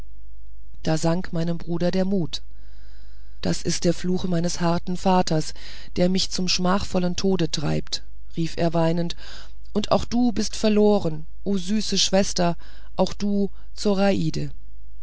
da sank meinem armen bruder der mut das ist der fluch meines harten vaters der mich zum schmachvollen tode treibt rief er weinend und auch du bist verloren süße schwester auch du zoraide